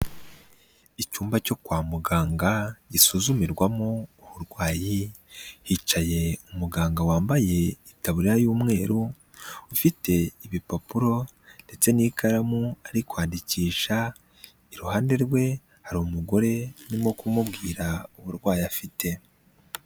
Icyumba cyo kwa muganga gisuzumirwamo uburwayi, hicaye umuganga wambaye itaburiya y'umweru, ufite ibipapuro ndetse n'ikaramu ari kwandikisha, iruhande rwe hari umugore urimo kumubwira, uburwayi afite.